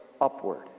upward